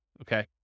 okay